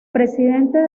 presidente